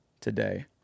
today